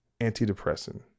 antidepressant